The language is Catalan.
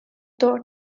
tor